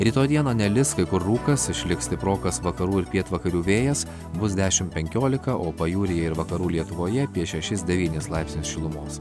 rytoj dieną nelis kai kur rūkas išliks stiprokas vakarų ir pietvakarių vėjas bus dešim penkiolika o pajūryje ir vakarų lietuvoje apie šešis devynis laipsnius šilumos